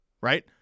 right